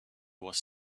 was